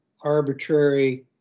arbitrary